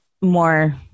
more